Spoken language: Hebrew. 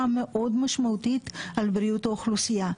מאוד משמעותית על בריאות האוכלוסייה.